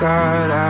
God